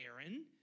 Aaron